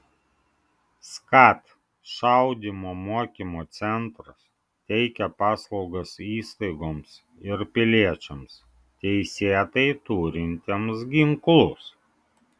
skat šaudymo mokymo centras teikia paslaugas įstaigoms ir piliečiams teisėtai turintiems ginklus